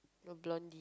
no blondie